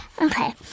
Okay